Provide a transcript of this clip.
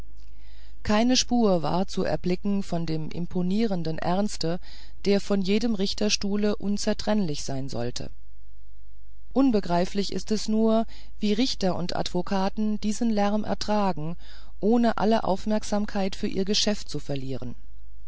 keine spur war zu erblicken von dem imponierenden ernste der von jedem richterstuhle unzertrennlich sein sollte unbegreiflich ist es nur wie richter und advokaten diesen lärm ertragen ohne alle aufmerksamkeit für ihr geschäft zu verlieren